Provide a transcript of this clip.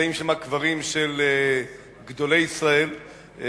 נמצאים שם קברים של גדולי ישראל,